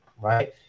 right